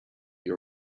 you